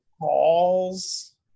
calls